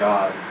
God